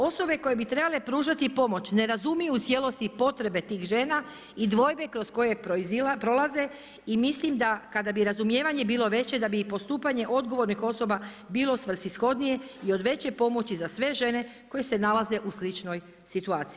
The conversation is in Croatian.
Osobe koje bi trebale pružati pomoć, ne razumiju u cijelosti potrebe tih žena i dvojbe kroz koje prolaze i mislim da kada bi razumijevanje bilo veće da bi i postupanje odgovornih osoba bilo svrsishodnije i od veće pomoći za sve žene koje se nalaze u sličnoj situaciji.